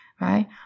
right